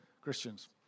Christians